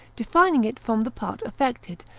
defining it from the part affected,